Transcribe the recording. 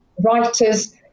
writers